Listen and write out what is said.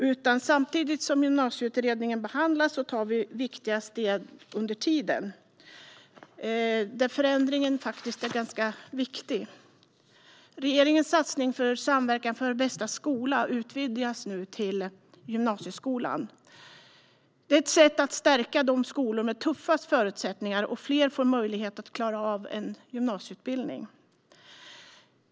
Under tiden som Gymnasieutredningen behandlas tas viktiga steg där förändringen är viktig. Regeringens satsning på Samverkan för bästa skola utvidgas nu till gymnasieskolan. Det är ett sätt att stärka skolorna med tuffast förutsättningar, och fler få då möjlighet att klara av en gymnasieutbildning.